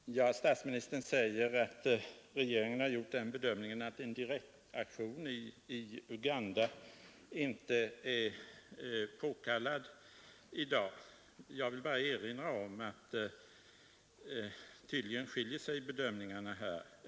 Herr talman! Statsministern säger att regeringen har gjort den bedömningen att en direkt aktion i Uganda inte är påkallad i dag. Jag vill bara erinra om att tydligen skiljer sig bedömningarna här.